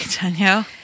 Danielle